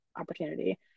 opportunity